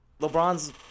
LeBron's